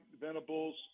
Venables